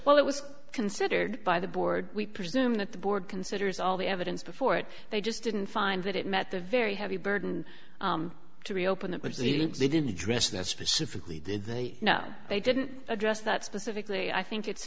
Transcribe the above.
well it was considered by the board we presume that the board considers all the evidence before it they just didn't find that it met the very heavy burden to reopen it was the look they didn't address that specifically did they know they didn't address that specifically i think it's